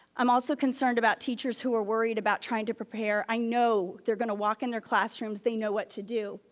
i'm also concerned about teachers who are worried about trying to prepare. i know they're going to walk in their classrooms. they know what to do,